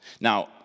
Now